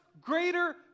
greater